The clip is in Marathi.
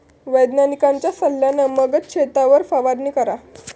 वैज्ञानिकांच्या सल्ल्यान मगच शेतावर फवारणी करा